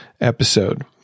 episode